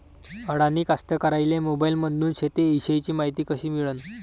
अडानी कास्तकाराइले मोबाईलमंदून शेती इषयीची मायती कशी मिळन?